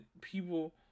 people